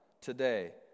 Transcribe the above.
today